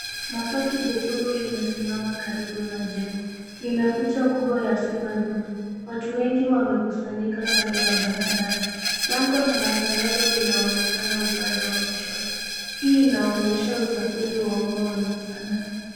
Matatu jekundu limesimama karibu na jengo. Lina picha kubwa ya simba nyuma. Watu wengi wamekusanyika kando ya barabara. Bango la matangazo linaonekana upande wa kushoto. Hii inaonyesha usafiri wa umma wenye sanaa.